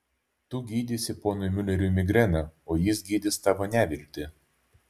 tu gydysi ponui miuleriui migreną o jis gydys tavo neviltį